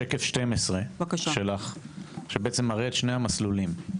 שקף 12 שלך מראה את שני המסלולים.